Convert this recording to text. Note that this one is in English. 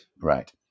Right